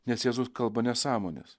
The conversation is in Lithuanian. nes jėzus kalba nesąmones